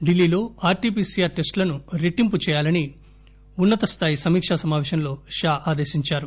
ఢిల్లీలో ఆర్టిపిసీఆర్ టెస్టులను రెట్టింపు చేయాలని ఉన్నతస్థాయి సమీకా సమాపేశంలో షా ఆదేశించారు